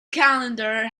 calendar